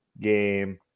game